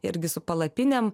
irgi su palapinėm